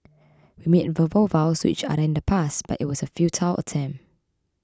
we made verbal vows to each other in the past but it was a futile attempt